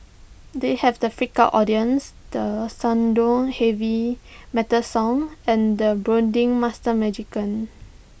they have the freaked out audience the heavy metal song and the brooding master magician